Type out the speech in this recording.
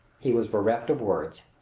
he was bereft of words.